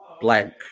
blank